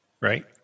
right